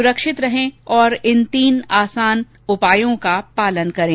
सुरक्षित रहें और इन तीन आसान उपायों का पालन करें